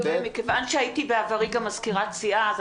מכיוון שהייתי בעברי גם מזכירת סיעה אני